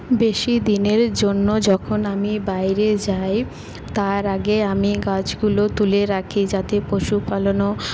বেশিদিনের জন্য যখন আমি বাইরে যাই তার আগে আমি গাছগুলো তুলে রাখি যাতে পশুপালনও